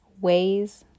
ways